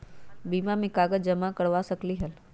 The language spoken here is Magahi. बीमा में कागज जमाकर करवा सकलीहल?